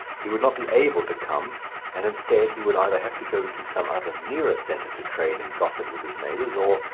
he would not be able to come and, instead, he would either have to go to some other nearer centre to trade and gossip with his neighbours or,